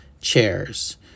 chairs